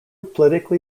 politically